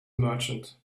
merchant